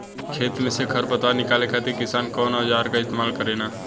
खेत में से खर पतवार निकाले खातिर किसान कउना औजार क इस्तेमाल करे न?